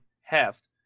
heft